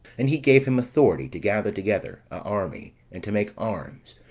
and he gave him authority to gather together a army, and to make arms,